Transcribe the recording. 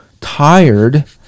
tired